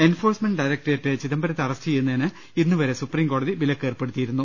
enforcement directorate ചിദംബരത്തെ arrest ചെയ്യുന്നതിന് ഇന്നുവരെ സുപ്രീം ക്യോടതി വിലക്ക് ഏർപ്പെ ടുത്തിയിരുന്നു